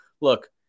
look